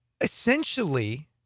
Essentially